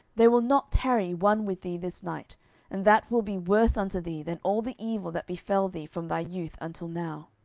there will not tarry one with thee this night and that will be worse unto thee than all the evil that befell thee from thy youth until now.